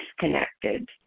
disconnected